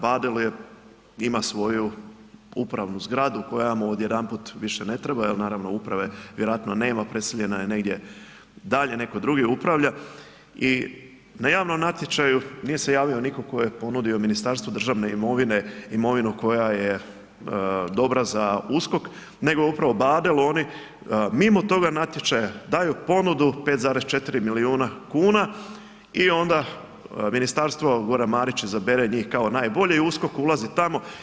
Badel ima svoju upravnu zgradu koja mu odjedanput više ne treba jel naravno uprave vjerojatno nema, preseljena je negdje dalje, netko drugi upravlja i na javnom natječaju nije se javio nitko tko je ponudio Ministarstvu državne imovine imovinu koja je dobra za USKOK, nego upravo Badel, oni mimo toga natječaja daju ponudu 5,4 milijuna kuna i onda ministarstvo, Goran Marić izabere njih kao najbolje i USKOK ulazi tamo.